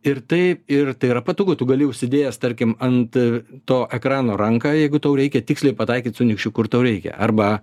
ir tai ir tai yra patogu tu gali užsidėjęs tarkim ant to ekrano ranką jeigu tau reikia tiksliai pataikyt su nykščiu kur tau reikia arba